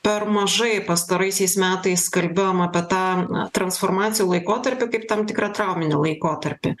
per mažai pastaraisiais metais kalbėjom apie tą transformacijų laikotarpį kaip tam tikrą trauminį laikotarpį